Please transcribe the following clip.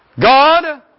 God